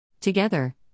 Together